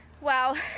wow